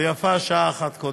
ויפה שעה אחת קודם.